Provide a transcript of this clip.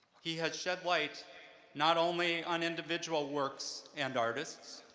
he has shed light not only on individual works and artists,